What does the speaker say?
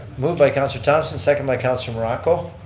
move by councillor thomson, second by councillor morocco.